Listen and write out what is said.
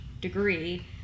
degree